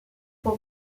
pour